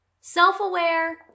self-aware